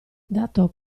dato